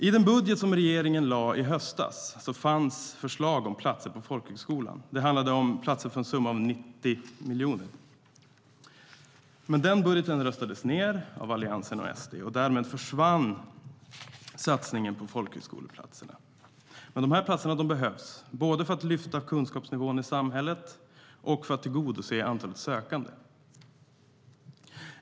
I den budget som regeringen lade fram i höstas fanns förslag om fler platser på folkhögskolan. Det handlade om platser för en summa av 90 miljoner. Men den budgeten röstades ned av Alliansen och SD, och därmed försvann satsningen på folkhögskoleplatserna. Dessa platser behövs, både för att lyfta kunskapsnivån i samhället och för att tillgodose antalet sökande.